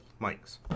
mics